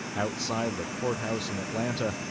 outside the courthouse in atlanta,